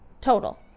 Total